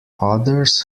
others